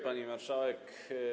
Pani Marszałek!